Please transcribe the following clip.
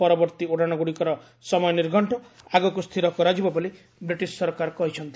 ପରବର୍ତ୍ତୀ ଉଡ଼ାଣଗୁଡ଼ିକର ସମୟ ନିର୍ଘକ୍ଷ ଆଗକୁ ସ୍ଥିର କରାଯିବ ବୋଲି ବ୍ରିଟିଶ୍ ସରକାର କହିଚ୍ଛନ୍ତି